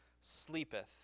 sleepeth